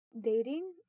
dating